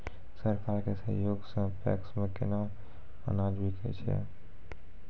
सरकार के सहयोग सऽ पैक्स मे केना अनाज बिकै छै?